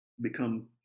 become